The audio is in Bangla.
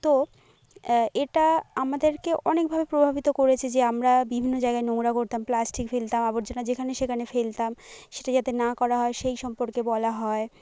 তো এটা আমাদেরকে অনেকভাবে প্রভাবিত করেছে যে আমরা বিভিন্ন জায়গায় নোংরা করতাম প্লাস্টিক ফেলতাম আবর্জনা যেখানে সেখানে ফেলতাম সেটা যাতে না করা হয় সেই সম্পর্কে বলা হয়